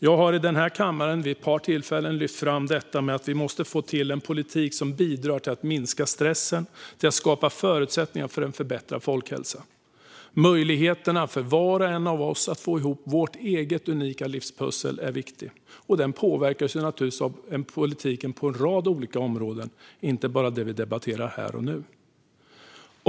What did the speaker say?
Jag har i denna kammare vid ett par tillfällen lyft fram att vi måste få till en politik som bidrar till att minska stressen och till att skapa förutsättningar för en förbättrad folkhälsa. Möjligheterna för var och en av oss att få ihop vårt eget unika livspussel är viktiga. De påverkas naturligtvis av politiken på en rad olika områden, inte bara det som vi debatterar här och nu.